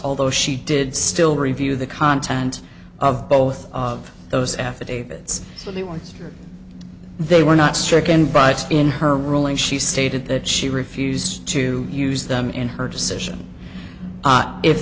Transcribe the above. although she did still review the content of both of those affidavits the ones they were not stricken but in her ruling she stated that she refused to use them in her decision